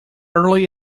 early